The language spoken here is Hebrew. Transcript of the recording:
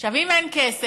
עכשיו, אם אין כסף,